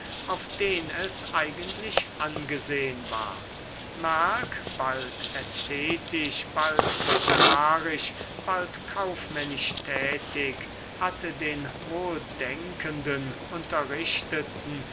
auf den es eigentlich angesehn war merck bald ästhetisch bald literarisch bald kaufmännisch tätig hatte den wohldenkenden unterrichteten